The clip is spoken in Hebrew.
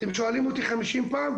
אחרי ארבעים שנה שישנו קיפאון בתכנון.